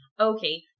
Okay